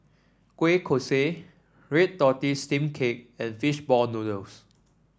Kueh Kosui Red Tortoise Steamed Cake and fish ball noodles